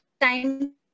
time